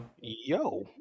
Yo